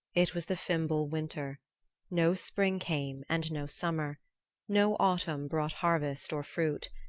it was the fimbul winter no spring came and no summer no autumn brought harvest or fruit,